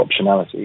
optionality